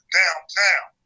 downtown